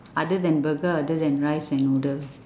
other than burger other than rice and noodle